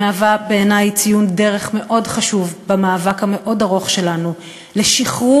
בעיני היא ציון דרך מאוד חשוב במאבק המאוד-ארוך שלנו לשחרור